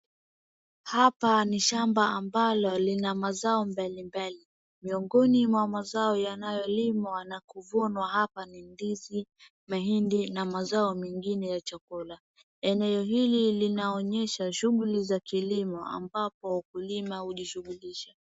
Hapa ni shamba ambalo lina mazao mbalimbali. Miongoni mwa mazao yanayolimwa na kuvunwa hapa ni ndizi, mahindi na mazao mengine ya chakula. Eneo hili linaonyesha shughuli za kilimo ambapo ukulima ujishughulisha.